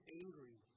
angry